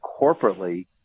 corporately